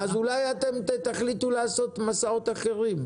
אז אולי אתם תחליטו לעשות מסעות אחרים,